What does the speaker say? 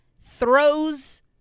throws